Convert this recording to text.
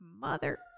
mother